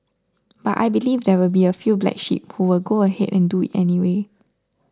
but I believe there will be a few black sheep who would go ahead and do it anyway